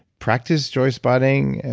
practice joyspotting.